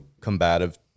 combative